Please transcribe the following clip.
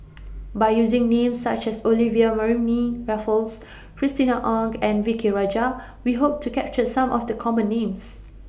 By using Names such as Olivia Mariamne Raffles Christina Ong and V K Rajah We Hope to capture Some of The Common Names